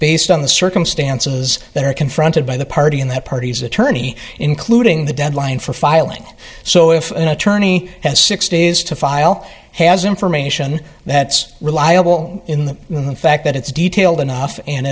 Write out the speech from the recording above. based on the circumstances that are confronted by the party in that party's attorney including the deadline for filing so if an attorney has sixty days to file has information that's reliable in the fact that it's detailed enough and